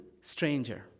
stranger